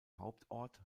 hauptort